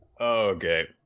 okay